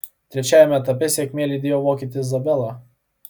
trečiajame etape sėkmė lydėjo vokietį zabelą